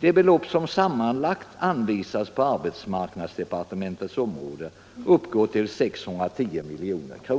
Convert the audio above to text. Det belopp som sammanlagt anvisas på arbetsmarknadsdepartementets område uppgår till 610 milj.kr.